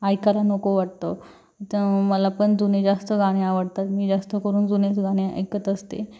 ऐकायला नको वाटतं तं मला पण जुने जास्त गाणे आवडतात मी जास्त करून जुनेच गाणे ऐकत असते